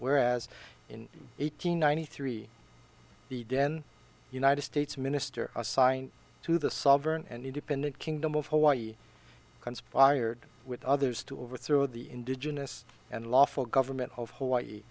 whereas in eight hundred ninety three the den united states minister assigned to the sovereign and independent kingdom of hawaii conspired with others to overthrow the indigenous and lawful government of hawaii